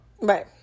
Right